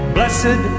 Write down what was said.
Blessed